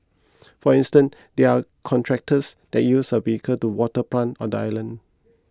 for instance there are contractors that use a vehicle to water plant on the island